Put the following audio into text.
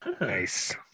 Nice